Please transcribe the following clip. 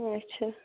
اَچھا